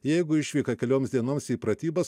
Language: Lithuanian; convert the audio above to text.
jeigu išvyka kelioms dienoms į pratybas